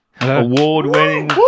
award-winning